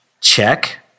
Check